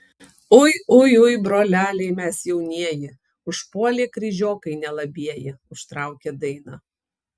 ui ui ui broleliai mes jaunieji užpuolė kryžiokai nelabieji užtraukė dainą